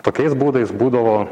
tokiais būdais būdavo